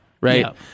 right